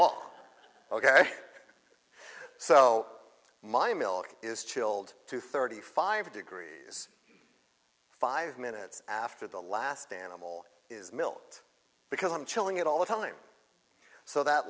law ok so my milk is chilled to thirty five degrees five minutes after the last animal is milt because i'm chilling it all the time so that